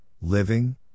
living